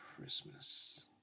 Christmas